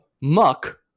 muck